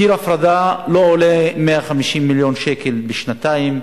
קיר הפרדה לא עולה 150 מיליון שקל בשנתיים,